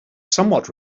somewhat